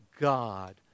God